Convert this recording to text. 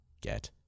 get